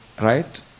Right